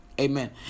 Amen